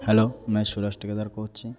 hello ମୁଁ ସୁୁରଜ ଟିକାଦାର କହୁଛି